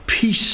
peace